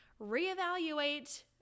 reevaluate